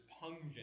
pungent